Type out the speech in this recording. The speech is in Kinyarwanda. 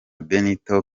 benito